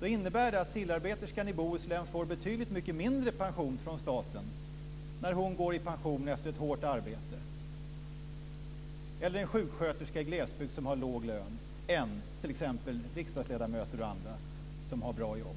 Det innebär att sillarbeterskan i Bohuslän får betydligt mycket mindre pension från staten när hon går i pension efter ett hårt arbete, eller sjuksköterskan i glesbygd som har låg lön, än t.ex. riksdagsledamöter och andra som har bra jobb.